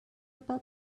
about